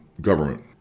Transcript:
government